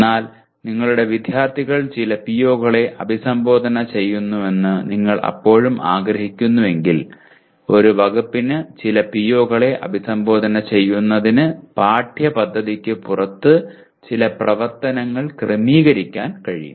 എന്നാൽ നിങ്ങളുടെ വിദ്യാർത്ഥികൾ ചില PO കളെ അഭിസംബോധന ചെയ്യണമെന്ന് നിങ്ങൾ അപ്പോഴും ആഗ്രഹിക്കുന്നുവെങ്കിൽ ഒരു വകുപ്പിന് ചില PO കളെ അഭിസംബോധന ചെയ്യുന്നതിന് പാഠ്യപദ്ധതിക്ക് പുറത്ത് ചില പ്രവർത്തനങ്ങൾ ക്രമീകരിക്കാൻ കഴിയും